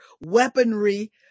weaponry